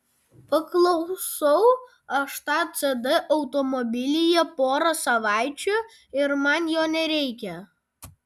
paklausau aš tą cd automobilyje pora savaičių ir man jo nereikia